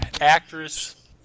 actress